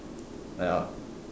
ya